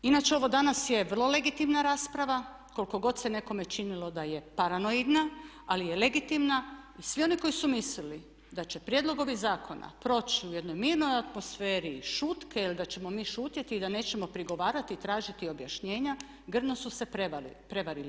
Inače ovo danas je vrlo legitimna rasprava koliko god se nekome činilo da je paranoidna, ali je legitimna i svi oni koji su mislili da će prijedlog ovih zakona proći u jednoj mirnoj atmosferi, šutke ili da ćemo mi šutjeti i da nećemo prigovarati i tražiti objašnjenja grdno su se prevarili.